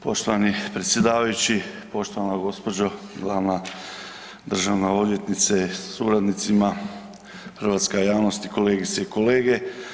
Poštovani predsjedavajući, poštovana gospođo glavna državna odvjetnice sa suradnicima, hrvatska javnost, kolegice i kolege.